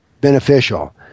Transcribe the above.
beneficial